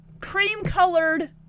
cream-colored